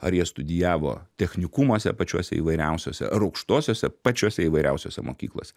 ar jie studijavo technikumuose pačiuose įvairiausiuose ar aukštosiose pačiose įvairiausiose mokyklose